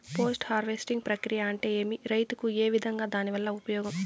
Post harvesting ప్రక్రియ అంటే ఏమి? రైతుకు ఏ విధంగా దాని వల్ల ఉపయోగం?